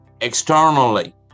externally